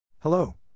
Hello